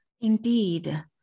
Indeed